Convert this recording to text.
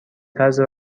طرز